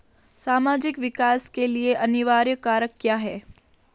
सामाजिक विकास के लिए अनिवार्य कारक क्या है?